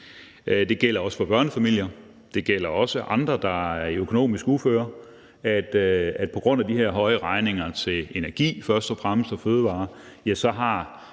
Det gælder også for børnefamilier, og det gælder også for andre, der er i økonomisk uføre. På grund af de her høje regninger til først og fremmest energi og fødevarer